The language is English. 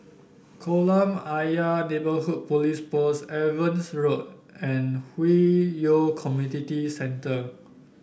Kolam Ayer Neighbourhood Police Post Evans Road and Hwi Yoh Community Center